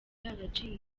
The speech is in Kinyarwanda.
yaraciye